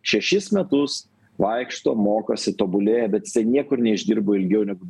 šešis metus vaikšto mokosi tobulėja bet jisai niekur neišdirbo ilgiau negu